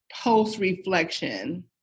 post-reflection